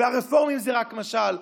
והרפורמים זה רק משל.